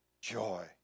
joy